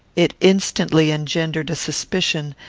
it instantly engendered a suspicion,